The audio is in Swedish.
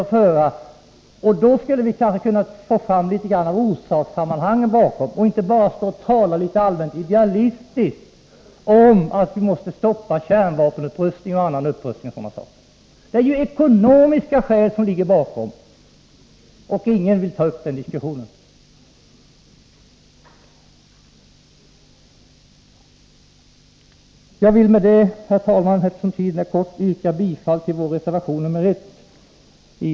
I en sådan skulle vi kanske kunna få fram något av de bakomliggande orsakssammanhangen och inte bara föra en diskussion där vi allmänt idealistiskt talar om att vi måste stoppa kärnvapenupprustning och annan upprustning. Det är ekonomiska skäl som ligger bakom, men ingen vill ta upp den diskussionen. I de sista minuterna av denna debatt vill jag med detta, herr talman, yrka bifall till vår reservation nr 1.